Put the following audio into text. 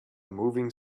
moving